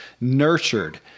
nurtured